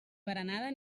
berenada